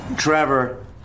Trevor